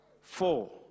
four